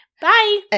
Bye